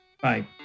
bye